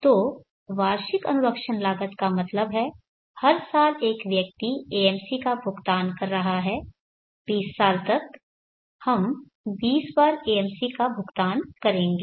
तो वार्षिक अनुरक्षण लागत का मतलब है हर साल एक व्यक्ति AMC का भुगतान कर रहा है 20 साल तक हम 20 बार AMC का भुगतान करेंगे